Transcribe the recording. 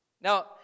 Now